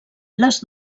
les